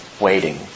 waiting